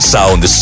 Sound